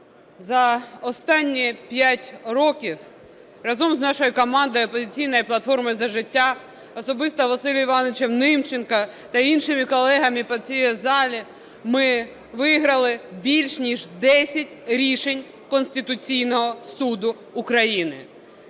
За останні 5 років разом з нашою командою "Опозиційною платформою – За життя", особисто Василем Івановичем Німченком та іншими колегами по цій залі ми виграли більш ніж 10 рішень Конституційного Суду України.